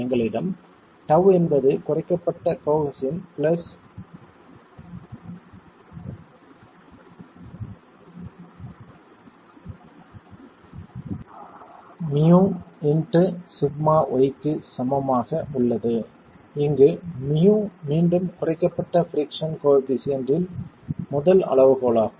எங்களிடம் τ என்பது குறைக்கப்பட்ட கோஹெஸின் ப்ளஸ் μ இன்டு σy க்கு சமம் ஆக உள்ளது இங்கு μ மீண்டும் குறைக்கப்பட்ட பிரிக்ஸன் கோயெபிசியன்ட் இன் முதல் அளவுகோலாகும்